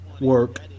work